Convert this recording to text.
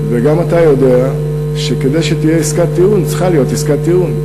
וגם אתה יודע שכדי שתהיה עסקת טיעון צריכה להיות עסקת טיעון.